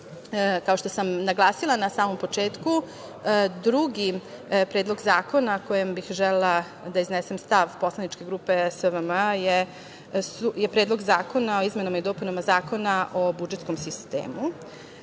52%.Kao što sam naglasila na samom početku, drugi predlog zakona o kojem bih želela da iznesem stav poslaničke grupe SVM je Predlog zakona o izmenama i dopunama Zakona o budžetskom sistemu.